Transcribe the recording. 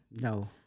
No